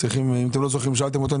אם אתם לא זוכרים אם שאלתם אותו,